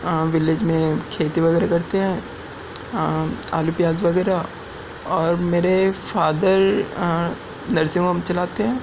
village میں کھیتی وغیرہ کرتے ہیں آلو پیاز وغیرہ اور میرے فادر نرسنگ ہوم چلاتے ہیں